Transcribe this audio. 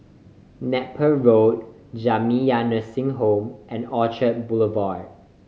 Napier Road Jamiyah Nursing Home and Orchard Boulevard